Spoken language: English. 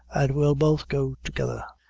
an' we'll both go together.